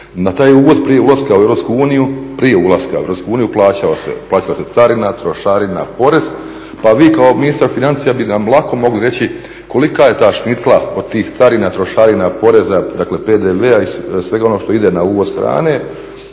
Na taj uvoz prije ulaska u EU plaćala se carina, trošarina, porez pa vi kao ministar financija bi nam lako mogli reći kolika je ta šnicla od tih carina, trošarina, poreza dakle PDV-a i svega onog što ide na uvoz hrane